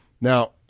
Now